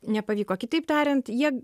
nepavyko kitaip tariant jie